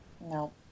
No